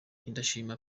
indashima